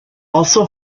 also